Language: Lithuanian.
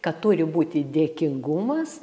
kad turi būti dėkingumas